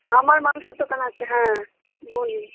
আমার মাংসর দোকান আছে হ্যাঁ বলুন